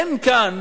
אין כאן,